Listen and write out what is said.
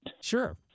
Sure